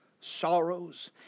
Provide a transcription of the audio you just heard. sorrows